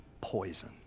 poison